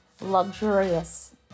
luxurious